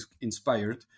inspired